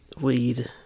Weed